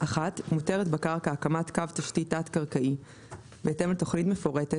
(1)מותרת בקרקע הקמת קו תשתית תת-קרקעי בהתאם לתוכנית מפורטת